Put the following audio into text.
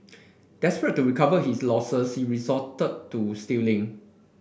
desperate to recover his losses he resorted to stealing